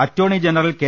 അറ്റോർ ണി general K